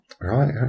right